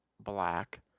black